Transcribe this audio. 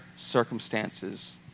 circumstances